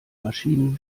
maschinen